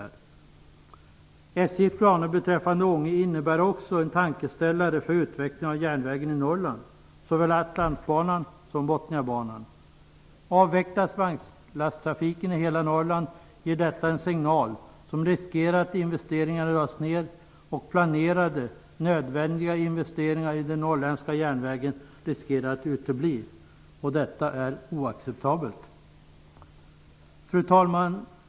SJ:s planer beträffande Ånge innebär också en tankeställare för utvecklingen av järnvägen i Avvecklas vagnslaststrafiken i hela Norrland ger detta en signal som innebär risk för att investeringarna dras ned och planerade, nödvändiga investeringar i den norrländska järnvägen uteblir. Detta är oacceptabelt. Fru talman!